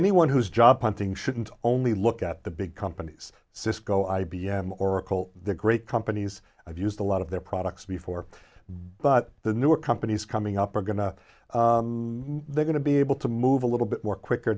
anyone who's job hunting shouldn't only look at the big companies cisco i b m oracle the great companies have used a lot of their products before but the newer companies coming up are going to they're going to be able to move a little bit more quicker